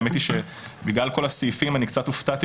האמת היא שבגלל כל הסעיפים אני קצת הופתעתי